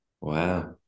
Wow